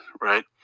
right